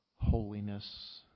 Holiness